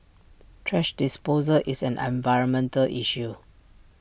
thrash disposal is an environmental issue